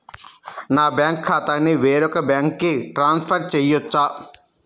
నా బ్యాంక్ ఖాతాని వేరొక బ్యాంక్కి ట్రాన్స్ఫర్ చేయొచ్చా?